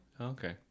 Okay